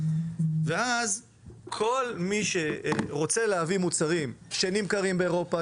ואז כל מי שרוצה להביא מוצרים שנמכרים באירופה,